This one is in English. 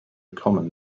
common